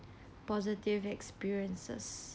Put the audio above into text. positive experiences